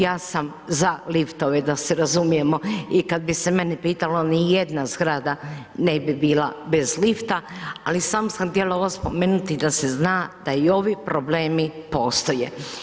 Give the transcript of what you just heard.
Ja sam za liftove, da se razumijemo i kada bi se mene pitalo, ni jedna zgrada ne bi bila bez lifta, ali samo sam htjela ovo spomenuti, da se zna, da i ovi problemi postoje.